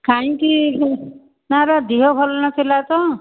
କାହିଁକି ତା ର ଦେହ ଭଲ ନଥିଲା ତ